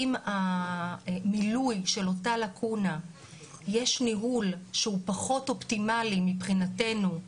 אם המילוי של אותה לקונה יש ניהול שהוא פחות אופטימלי מבחינתנו,